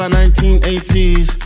1980s